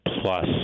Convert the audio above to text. plus